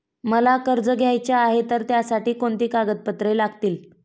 मला कर्ज घ्यायचे आहे तर त्यासाठी कोणती कागदपत्रे लागतील?